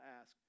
ask